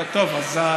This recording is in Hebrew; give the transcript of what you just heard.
אני רוצה